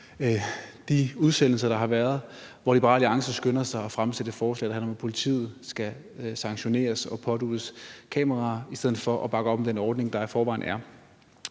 de udsendelser, der har været, at Liberal Alliance skynder sig at fremsætte et forslag, der handler om, at politiet skal sanktioneres og påduttes kameraer, i stedet for at bakke op om den ordning, der i forvejen er.